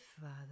Father